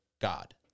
God